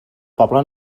poble